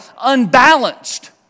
unbalanced